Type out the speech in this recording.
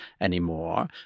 anymore